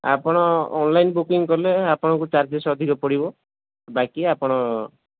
ଆପଣ online booking କଲେ ଆପଣଙ୍କୁ ଚାର୍ଜେସ୍ ଅଧିକ ପଡ଼ିବ ବାକି ଆପଣ